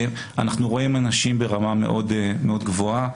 אנחנו רואים אנשים ברמה מאוד גבוהה,